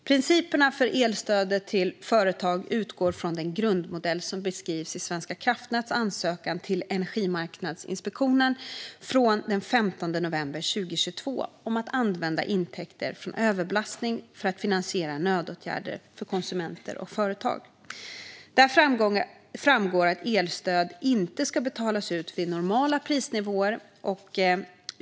Principerna för elstödet till företag utgår från den grundmodell som beskrivs i Svenska kraftnäts ansökan till Energimarknadsinspektionen från den 15 november 2022 om att använda intäkter från överbelastning för att finansiera nödåtgärder för konsumenter och företag. Där framgår att elstöd inte ska betalas ut vid normala prisnivåer.